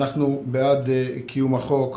אנחנו בעד קיום החוק.